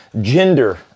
gender